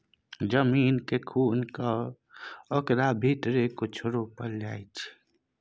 जमीन केँ खुनि कए कय ओकरा भीतरी कुछो रोपल जाइ छै